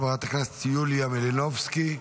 חברת הכנסת יוליה מלינובסקי,